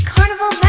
Carnival